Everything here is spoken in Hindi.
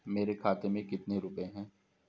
मेरे खाते में कितने रुपये हैं?